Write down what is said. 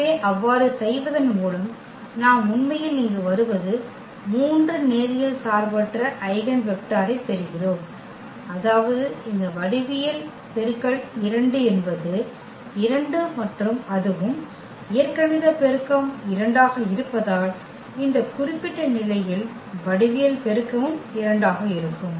எனவே அவ்வாறு செய்வதன் மூலம் நாம் உண்மையில் இங்கு வருவது 3 நேரியல் சார்பற்ற ஐகென் வெக்டரைப் பெறுகிறோம் அதாவது இந்த வடிவியல் பெருக்கல் 2 என்பது 2 மற்றும் அதுவும் இயற்கணித பெருக்கம் 2 ஆக இருப்பதால் இந்த குறிப்பிட்ட நிலையில் வடிவியல் பெருக்கமும் 2 ஆக இருக்கும்